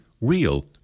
real